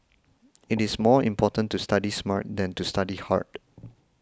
it is more important to study smart than to study hard